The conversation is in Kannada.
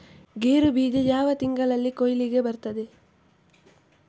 ಗೇರು ಬೀಜ ಯಾವ ತಿಂಗಳಲ್ಲಿ ಕೊಯ್ಲಿಗೆ ಬರ್ತದೆ?